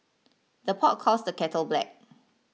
the pot calls the kettle black